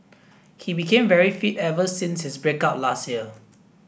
he became very fit ever since his break up last year